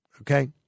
okay